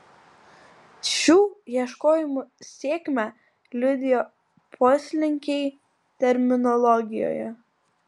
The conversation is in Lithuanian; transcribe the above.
šių ieškojimų sėkmę liudijo poslinkiai terminologijoje